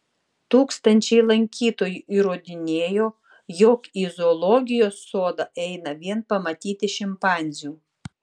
tūkstančiai lankytojų įrodinėjo jog į zoologijos sodą eina vien pamatyti šimpanzių